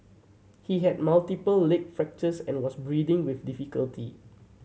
he had multiple leg fractures and was breathing with difficulty